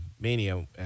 Mania